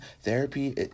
therapy